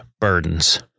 burdens